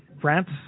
France